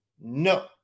No